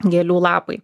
gėlių lapai